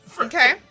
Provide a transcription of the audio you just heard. Okay